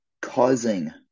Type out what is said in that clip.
causing